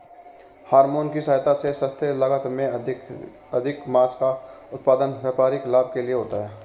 hormone की सहायता से सस्ते लागत में अधिकाधिक माँस का उत्पादन व्यापारिक लाभ के लिए होता है